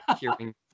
hearing